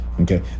Okay